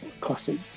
classic